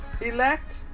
Elect